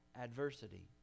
adversity